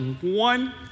one